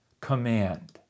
command